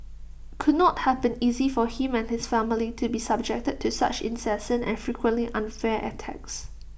could not have been easy for him and his family to be subjected to such incessant and frequently unfair attacks